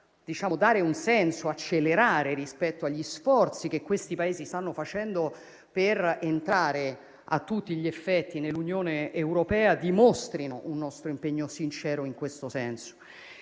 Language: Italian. per dare un senso e un'accelerazione rispetto agli sforzi che questi Paesi stanno facendo per entrare a tutti gli effetti nell'Unione europea dimostri un nostro impegno sincero in questo senso.